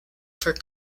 for